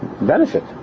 benefit